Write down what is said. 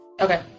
Okay